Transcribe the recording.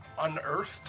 unearthed